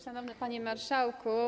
Szanowny Panie Marszałku!